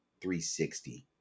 360